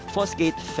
Fosgate